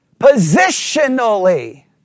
positionally